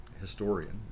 historian